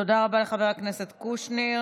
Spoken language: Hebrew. תודה רבה לחבר הכנסת קושניר.